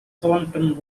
thornton